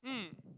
mm